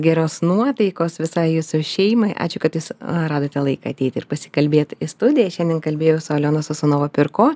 geros nuotaikos visai jūsų šeimai ačiū kad jūs radote laiką ateit ir pasikalbėt į studiją šiandien kalbėjau su aliona sosunova piurko